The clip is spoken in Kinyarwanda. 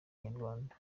inyarwanda